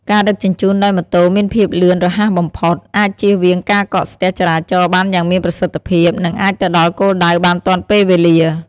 ការដឹកជញ្ជូនដោយម៉ូតូមានភាពលឿនរហ័សបំផុត អាចជៀសវាងការកកស្ទះចរាចរណ៍បានយ៉ាងមានប្រសិទ្ធភាព និងអាចទៅដល់គោលដៅបានទាន់ពេលវេលា។